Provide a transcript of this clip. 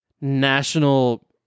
national